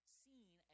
seen